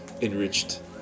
enriched